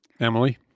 Emily